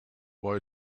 boy